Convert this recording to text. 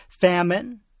famine